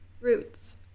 roots